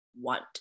want